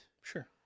Sure